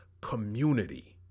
community